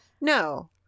No